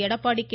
Edappadi K